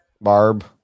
Barb